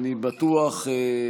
לפחות הצלחתי לשכנע את היושב-ראש.